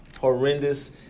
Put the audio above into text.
horrendous